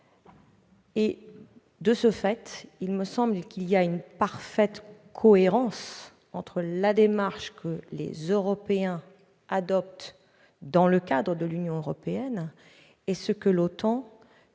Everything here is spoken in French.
de ce fait, me semble-t-il, une parfaite cohérence entre la démarche que les Européens adoptent dans le cadre de l'Union européenne et ce que l'OTAN